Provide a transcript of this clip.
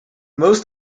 most